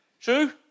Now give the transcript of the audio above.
True